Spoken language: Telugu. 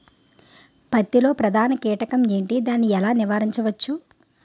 పత్తి లో ప్రధాన కీటకం ఎంటి? దాని ఎలా నీవారించచ్చు?